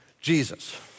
Jesus